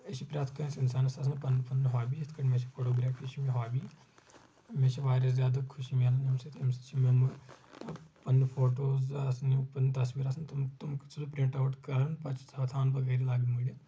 یہِ چھ پرٛٮ۪تھ کٲنٛسہِ انسانس آسان پنٕنۍ پنٕنۍ ہابی یِتھ کٲٹھۍ مےٚ چھِ فوٹوگرافی یہِ چھ مےٚ ہابی مےٚ چھِ واریاہ زیادٕ خوشی ملان امہِ سۭتۍ امہِ سۭتۍ چھِ میمو پننہِ فوٹوز آسان یِم پنٕنۍ تصویٖر آسان تِم تِم چھُس بہٕ پرِٛنٹ آوٹ کران پتہٕ چھُس تھاوان بہٕ گرِ لبہِ مٔڈِتھ